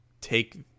take